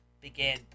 began